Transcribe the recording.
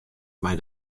mei